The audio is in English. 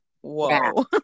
whoa